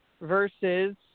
versus